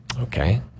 Okay